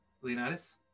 Leonidas